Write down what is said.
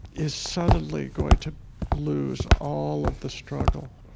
is suddenly going to lose all of the struggle,